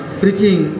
preaching